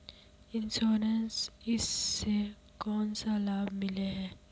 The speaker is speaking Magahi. इंश्योरेंस इस से कोन सा लाभ मिले है?